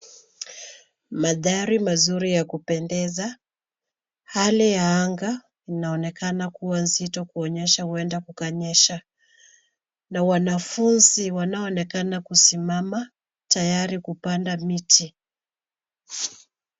Mandhari mazuri ya kupendeza. Hali ya anga inaonekana kuwa nzito kuonyesha huenda kukanyesha na wanafunzi wanaoonekana kusimama tayari kupanda miti.